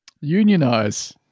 Unionize